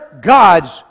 gods